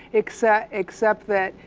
except except that,